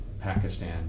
Pakistan